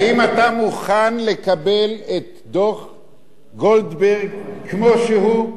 האם אתה מוכן לקבל את דוח-גולדברג כמו שהוא?